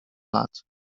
lat